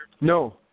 No